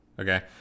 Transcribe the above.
okay